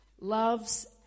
loves